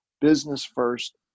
business-first